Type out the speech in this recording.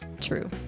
True